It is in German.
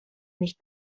nicht